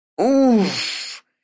Oof